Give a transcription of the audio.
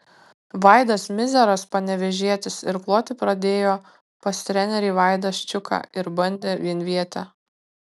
vaidas mizeras panevėžietis irkluoti pradėjo pas trenerį vaidą ščiuką ir bandė vienvietę